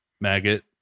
maggot